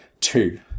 two